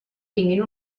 tinguin